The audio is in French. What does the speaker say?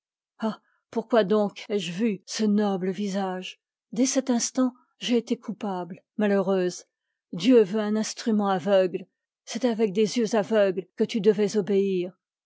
pourquoi donc ai-je vu ce noble visage dès cet instant j'ai été coupable malheureuse k dieu veut un instrument aveugle c'est avec des t yeux aveugles que tu devais obéir